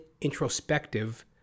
introspective